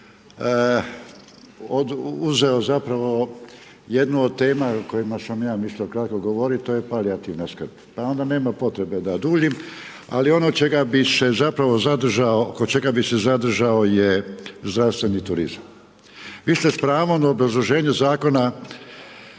uzeo zapravo jednu od tema o kojima sam ja mislio kratko govoriti, to je palijativna skrb pa onda nema potrebe da duljim, ali ono oko čega bi se zapravo zadržao je zdravstveni turizam. Vi ste s pravom u obrazloženju zakonu